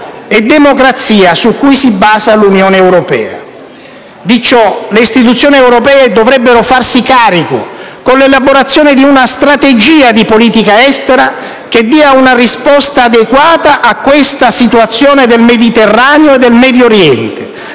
e democrazia su cui si basa l'Unione europea. Di ciò le istituzioni europee dovrebbero farsi carico, con l'elaborazione di una strategia di politica estera che dia una risposta adeguata all'attuale situazione del Mediterraneo e del Medio Oriente,